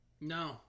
No